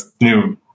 new